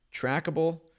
Trackable